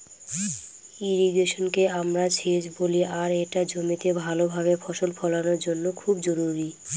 ইর্রিগেশনকে আমরা সেচ বলি আর এটা জমিতে ভাল ভাবে ফসল ফলানোর জন্য খুব জরুরি